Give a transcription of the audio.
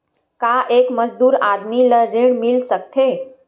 का एक मजदूर आदमी ल ऋण मिल सकथे?